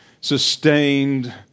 sustained